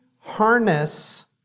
harness